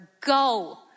go